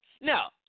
Now